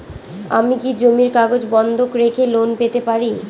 আমি কি জমির কাগজ বন্ধক রেখে লোন পেতে পারি?